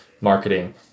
marketing